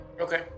Okay